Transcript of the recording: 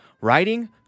writing